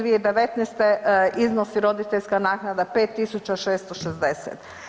2019. iznosi roditeljska naknada 5660.